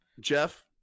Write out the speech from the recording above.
Jeff